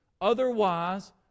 Otherwise